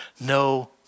No